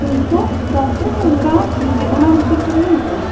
ᱛᱤᱱᱥᱚ ᱪᱟᱨᱥᱚ ᱚᱱᱠᱟ ᱚᱱᱟ ᱵᱷᱤᱛᱤᱨ ᱠᱚᱨᱮ ᱜᱮ ᱦᱤᱡᱩᱜᱼᱟ